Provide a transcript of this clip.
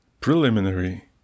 Preliminary